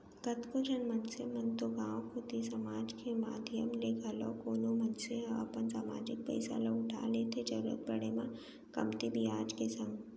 कतको झन मनसे मन तो गांव कोती समाज के माधियम ले घलौ कोनो मनसे ह अपन समाजिक पइसा ल उठा लेथे जरुरत पड़े म कमती बियाज के संग